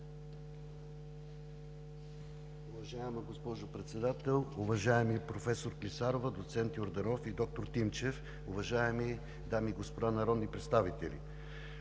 Уважаема госпожо Председател, уважаема професор Клисарова, доцент Йорданов и доктор Тимчев, уважаеми дами и господа народни представители!